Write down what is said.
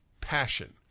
passion